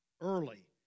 early